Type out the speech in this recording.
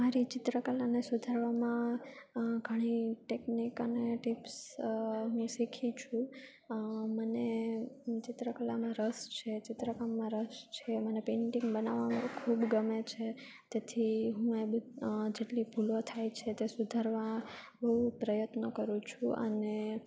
મારી ચિત્રકલાને સુધારવામાં ઘણી ટેકનિક અને ટિપ્સ હું શીખી છું મને હું ચિત્રકલામાં રસ છે ચિત્રકામમાં રસ છે મને પેંટિંગ બનાવવામાં ખૂબ ગમે છે તેથી હું એ બી જેટલી ભૂલો થાય છે તે સુધારવા હું પ્રયત્નો કરું છું અને